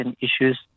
issues